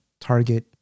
target